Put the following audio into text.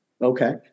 Okay